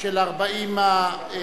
של 40 החותמים,